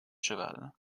cheval